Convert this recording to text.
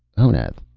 honath,